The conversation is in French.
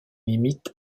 limite